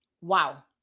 Wow